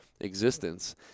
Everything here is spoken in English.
existence